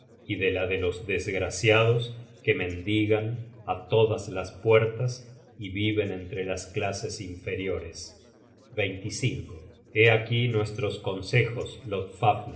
y de la de los desgraciados que mendigan á to das las puertas y viven entre las clases inferiores content from google book search generated at hé aquí nuestros consejos